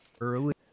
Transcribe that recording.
early